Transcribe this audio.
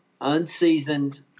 unseasoned